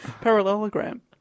Parallelogram